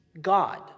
God